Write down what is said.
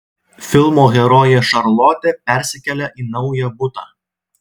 filmo herojė šarlotė persikelia į naują butą